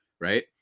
Right